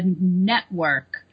network